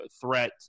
threat